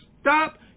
stop